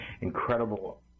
incredible